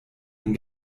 ihn